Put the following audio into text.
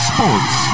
Sports